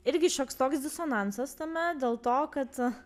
irgi šioks toks disonansas tame dėl to kad